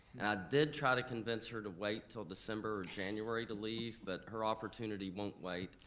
and did try to convince her to wait til december or january to leave, but her opportunity won't wait.